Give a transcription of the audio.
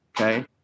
okay